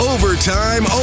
Overtime